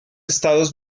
estados